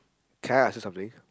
can I ask you something